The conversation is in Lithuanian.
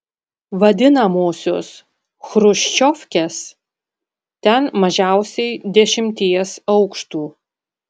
vadinamosios chruščiovkes ten mažiausiai dešimties aukštų